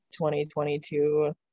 2022